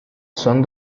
son